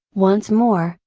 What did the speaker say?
once more,